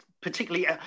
particularly